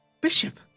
Bishop